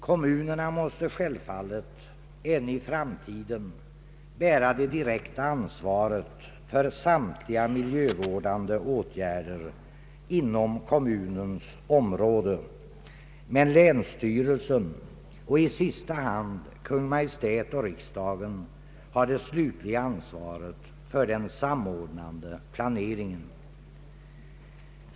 Kommunerna måste självfallet även i framtiden bära det direkta ansvaret för samtliga miljövårdande åtgärder inom kommunens område, men länsstyrelsen och i sista hand Kungl. Maj:t och riksdagen har det slutliga ansvaret för den samordnande planeringen.